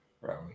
Right